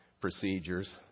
procedures